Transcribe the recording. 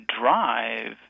drive